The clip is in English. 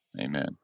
Amen